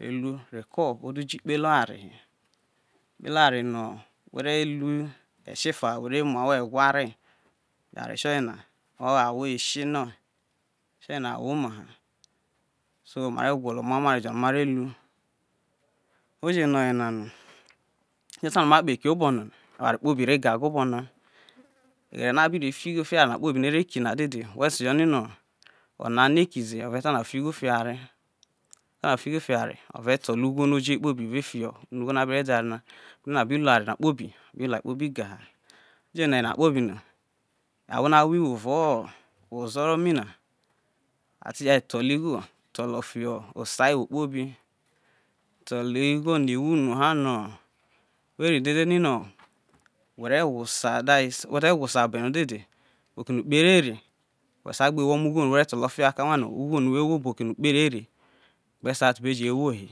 Elu reko̱ o do jo ikpele ovar he, ekpele oware lu no whe re sie fn whe re mu egware, oware otrogree or mus allwo ekie na owo ma ha, so mare gwolo omamọ oware no mere cu oje nooyena no a te ta no ma kpo eki obona eware kpobi re gaga obonana oghere no a bi ró fio eware obona dede roho eseno ona me eki ze ore ta no afi igho fio eware ano afi igho fio eware ave to lo igho kpobi no oje fio bi fio unu igbo no a be de oware na a bi lu eware na kpobi a bi lua kpobi ga ha oje no oyens kpobi na ahwo no a wo iwo evao ozoro mi na a te je tolo igho tolo fio eso iwo kpobi tolo igho no iwo una ha no weri dede ino were wosa that is we te wo sa be no de̱de̱ bo oke no ukpe rere we gbe wo omo ugho no were tolo fio akawa no ugpe oro re we sa tu be je woihi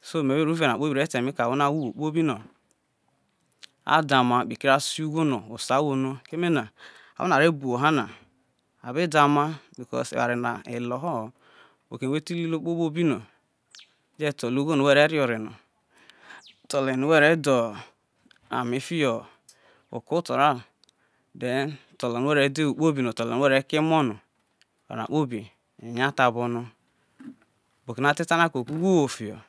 so me be ro ure na kpobi ta eme ke ahwo uwo kpobi no, a dhoma kpekere a si ugho no osa uwo no aawo no a re bo uwo ha na abe dhome keme eware na eloho ho, bo oke no whe ti lu iluo̱ kpobi no je to̱lo̱ ugho no whe no whe be ro re ore no to̱lo̱ eno whe ro de ame fiho o̱ko̱ oto ra then to̱lo̱ ono whe ro de ame fiho o̱ko̱ oto ra then to̱lo̱ ono whe ro de ewu kpobbi tlo ono were ke emo no eware ni kpobi eya thabo no bo oke na te ta no ako ko ugho uwo fiho.